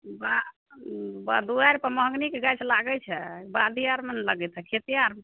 बा दुआरि पर महोगनीके गाछ लागै छै बाधे आरमे ने लगेतै खेते आरमे